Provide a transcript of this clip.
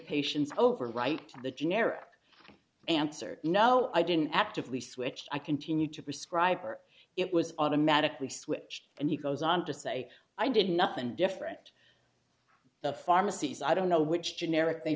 patients over right to the generic answer no i didn't actively switch i continued to prescribe or it was automatically switched and he goes on to say i did nothing different the pharmacies i don't know which generic they